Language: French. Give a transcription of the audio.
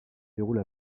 déroule